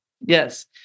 Yes